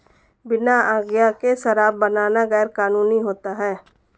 बिना आज्ञा के शराब बनाना गैर कानूनी होता है